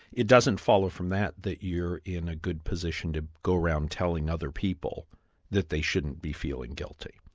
it doesn't follow from that that you're in a good position to go round telling other people that they shouldn't be feeling guilty.